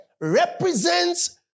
represents